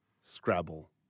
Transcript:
Scrabble